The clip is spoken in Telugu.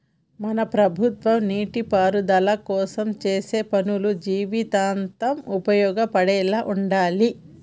మన ప్రభుత్వం నీటిపారుదల కోసం చేసే పనులు జీవితాంతం ఉపయోగపడేలా ఉండాలి